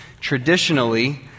traditionally